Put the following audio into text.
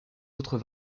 autres